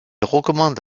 recommande